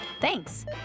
Thanks